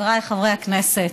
חבריי חברי הכנסת,